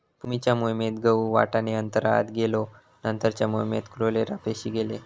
पूर्वीच्या मोहिमेत गहु, वाटाणो अंतराळात गेलो नंतरच्या मोहिमेत क्लोरेला पेशी गेले